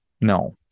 No